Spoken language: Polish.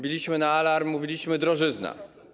Biliśmy na alarm, mówiliśmy: drożyzna.